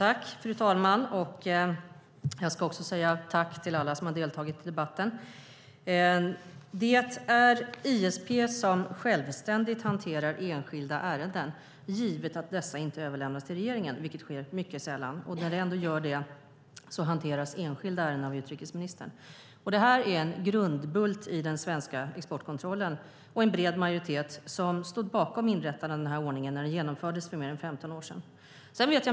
Fru talman! Jag tackar alla som har deltagit i debatten. ISP hanterar självständigt enskilda ärenden, givet att de inte överlämnas till regeringen vilket sker mycket sällan. När det sker hanteras enskilda ärenden av utrikesministern. Det är en grundbult i den svenska exportkontrollen. En bred majoritet stod bakom inrättandet av den ordningen när den infördes för ungefär 15 år sedan.